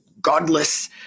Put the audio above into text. godless